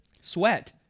Sweat